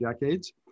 decades